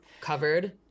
covered